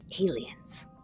Aliens